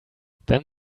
then